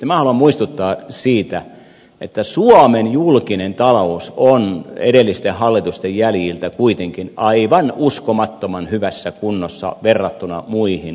minä haluan muistuttaa siitä että suomen julkinen talous on edellisten hallitusten jäljiltä kuitenkin aivan uskomattoman hyvässä kunnossa verrattuna muihin euromaihin